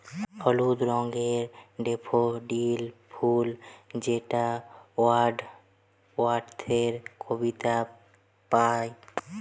হলুদ রঙের ডেফোডিল ফুল যেটা ওয়ার্ডস ওয়ার্থের কবিতায় পাই